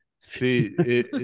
See